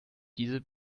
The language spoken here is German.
diese